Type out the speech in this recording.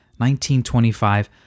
1925